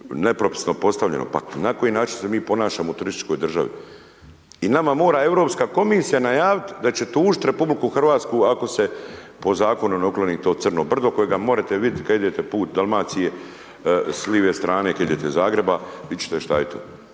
nepropisno postavljeno, pa na koji način se mi ponašamo u turističkoj državi. I nama mora Europska komisija najvit da će tužit RH ako se po zakonu ne ukloni to crno brdo kojega morete vidit kada idete put Dalmacije s live strane kad idete iz Zagreba, vid ćete šta je to.